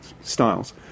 styles